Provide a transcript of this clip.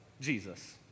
Jesus